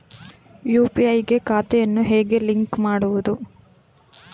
UPI ಗೆ ಖಾತೆಯನ್ನು ಹೇಗೆ ಲಿಂಕ್ ಮಾಡುವುದು?